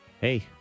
hey